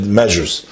measures